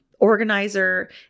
organizer